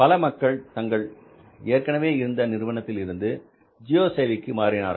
பல மக்கள் தாங்கள் ஏற்கனவே இருந்த நிறுவனத்தில் இருந்து ஜியோ சேவைக்கு மாறினார்கள்